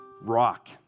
rock